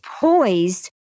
poised